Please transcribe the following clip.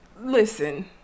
Listen